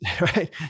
right